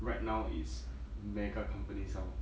right now is mega companies now lor